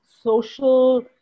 social